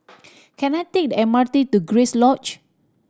can I take the M R T to Grace Lodge